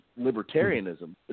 libertarianism –